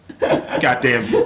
Goddamn